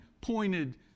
pointed